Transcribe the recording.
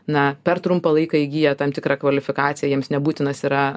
na per trumpą laiką įgiję tam tikrą kvalifikaciją jiems nebūtinas yra